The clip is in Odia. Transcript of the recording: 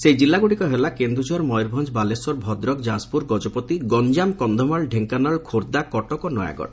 ସେହି କିଲ୍ଲାଗୁଡ଼ିକ ହେଲା କେନୁଝର ମୟୂରଭଞ୍ଞ ବାଲେଶ୍ୱର ଭଦ୍ରକ ଯାଜପୁର ଗଜପତି ଗଞ୍ଚାମ କକ୍ଷମାଳ ଢେଙ୍କାନାଳ ଖୋର୍ବ୍ଧା କଟକ ଓ ନୟାଗଡ